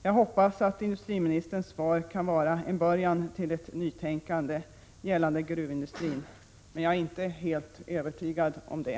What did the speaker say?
Jag hoppas att industriministerns svar kan vara en början till ett nytänkande när det gäller gruvindustrin, men jag är inte helt övertygad om det.